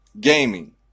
gaming